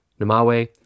Namawe